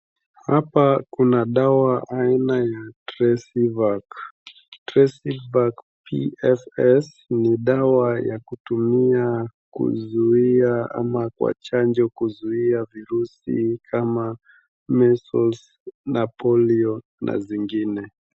Hapa kuna dawa aina ya TRESIVAC.TRESIVAC PFS ni dawa ya kutumia kuzuia ama kwa chanjo kuzuia virusi kama measles na polio na zingine.